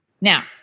Now